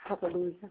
Hallelujah